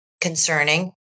concerning